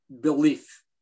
belief